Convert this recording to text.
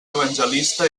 evangelista